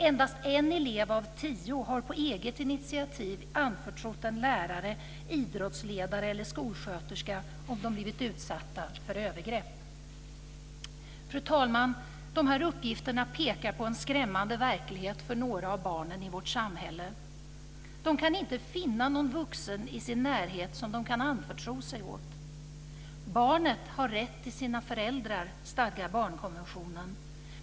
Endast en elev av tio har på eget initiativ anförtrott en lärare, idrottsledare eller skolsköterska att de har blivit utsatta för övergrepp. Fru talman! De här uppgifterna pekar på en skrämmande verklighet för några av barnen i vårt samhälle. De kan inte finna någon vuxen i sin närhet som de kan anförtro sig åt. Barnet har rätt till sina föräldrar. Det stadgar barnkonventionen.